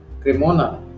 cremona